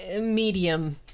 Medium